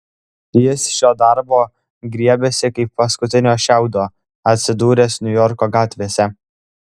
jis šio darbo griebėsi kaip paskutinio šiaudo atsidūręs niujorko gatvėse